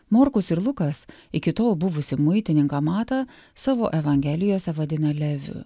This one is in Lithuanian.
morkus ir lukas iki tol buvusį muitininką matą savo evangelijose vadina leviu